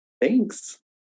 Thanks